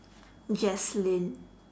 jacelyn